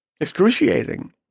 excruciating